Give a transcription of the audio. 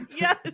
Yes